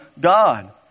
God